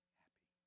happy